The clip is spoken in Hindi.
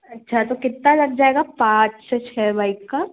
अच्छा तो कितना लग जाएगा पाँच से छः बाइक का